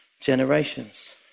generations